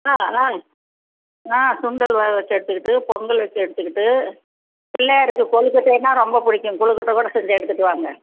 ஆ ஆ ஆ சுண்டல் வ வச்சு எடுத்துக்கிட்டு பொங்கல் வச்சு எடுத்துக்கிட்டு பிள்ளையாருக்கு கொழுக்கட்டைன்னா ரொம்பப் பிடிக்கும் கொழுக்கட்டக்கூட செஞ்சு எடுத்துகிட்டு வாங்க